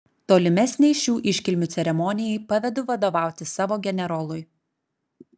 tolimesnei šių iškilmių ceremonijai pavedu vadovauti savo generolui